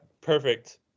perfect